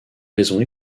raisons